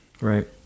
right